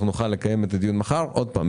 נוכל לקיים את הדיון מחר עוד פעם,